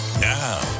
Now